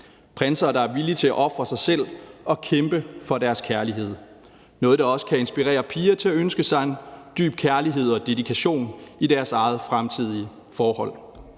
Prinser, der er villige til at ofre sig selv og kæmpe for deres kærlighed, er noget, der også kan inspirere piger til at ønske sig en dyb kærlighed og dedikation i deres eget fremtidige forhold.